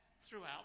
throughout